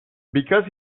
because